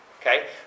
Okay